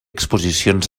exposicions